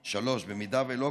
3. אם לא,